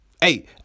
hey